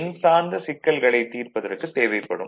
எண் சார்ந்த சிக்கல்களைத் தீர்ப்பதற்குத் தேவைப்படும்